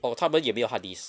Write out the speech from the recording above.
oh 他们也没有 hard disk